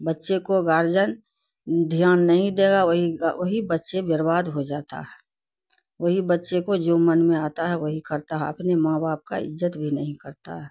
بچے کو گارجن دھیان نہیں دے گا وہی کا وہی بچے برباد ہو جاتا ہے وہی بچے کو جو من میں آتا ہے وہی کرتا ہے اپنے ماں باپ کا عزت بھی نہیں کرتا ہے